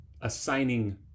assigning